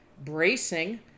bracing